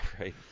right